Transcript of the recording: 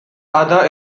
other